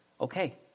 Okay